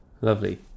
lovely